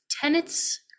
tenets